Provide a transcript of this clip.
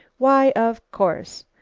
why, of course.